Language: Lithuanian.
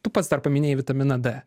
tu pats dar paminėjai vitaminą d